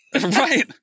Right